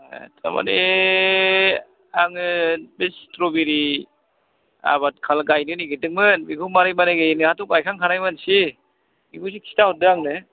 थारमानि आङो बे सित्रबेरि आबाद गायनो नागिरदोंमोन बेखौ मारै मारै गायो नोंहाथ' गायखांखानाय मानसि बिखौ एसे खिथाहरदो आंनो